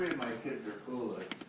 kids are foolish.